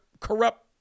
corrupt